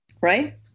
Right